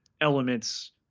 elements